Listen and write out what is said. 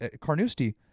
Carnoustie